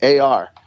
AR